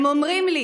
הם אומרים לי: